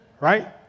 right